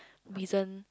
reason